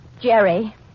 Jerry